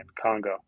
Congo